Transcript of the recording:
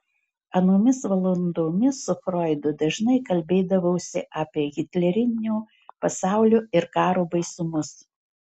anomis valandomis su froidu dažnai kalbėdavausi apie hitlerinio pasaulio ir karo baisumus